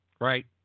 right